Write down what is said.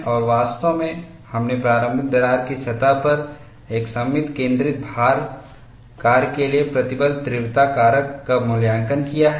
और वास्तव में हमने प्रारंभिक दरार की सतह पर एक सममित केंद्रित भार कार्य के लिए प्रतिबल तीव्रता कारक का मूल्यांकन किया है